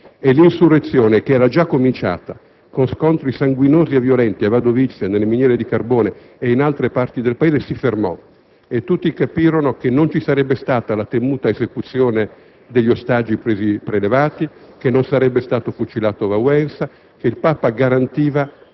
L'insurrezione che già era cominciata con scontri sanguinosi e violenti a Wadowice nelle miniere di carbone e in altre parti del Paese si fermò e tutti capirono che non ci sarebbe stata la temuta esecuzione degli ostaggi prelevati, che non sarebbe stato fucilato Walesa, che il Papa garantiva